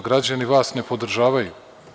Građani vas ne podržavaju.